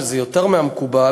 שזה יותר מהמקובל,